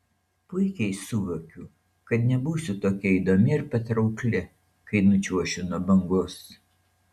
puikiai suvokiu kad nebūsiu tokia įdomi ir patraukli kai nučiuošiu nuo bangos